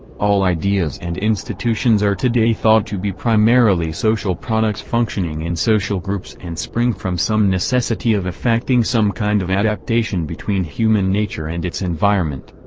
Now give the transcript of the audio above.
all ideas and institutions are today thought to be primarily social products functioning in social groups and spring from some necessity of effecting some kind of adaptation between human nature and its environment.